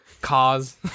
Cars